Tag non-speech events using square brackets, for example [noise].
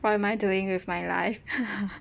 what am I doing with my life [laughs]